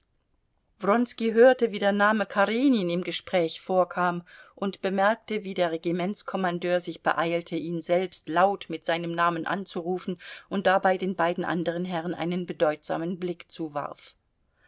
wronski hörte wie der name karenin im gespräch vorkam und bemerkte wie der regimentskommandeur sich beeilte ihn selbst laut mit seinem namen anzurufen und dabei den beiden anderen herren einen bedeutsamen blick zuwarf